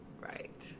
Right